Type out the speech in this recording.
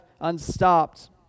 unstopped